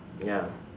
ya